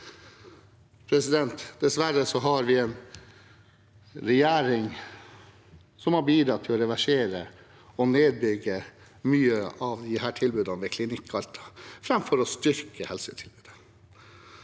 Alta. Dessverre har vi en regjering som har bidratt til å reversere og bygge ned mange av tilbudene ved Klinikk Alta framfor å styrke helsetilbudet.